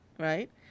Right